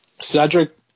Cedric